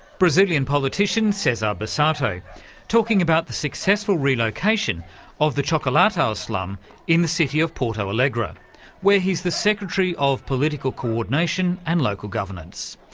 brazilian politician cezar busatto talking about the successful relocation of the chocolatao slum in the city of porto alegre where he's the secretary of political coordination and local governance.